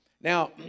Now